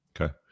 Okay